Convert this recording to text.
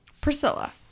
Priscilla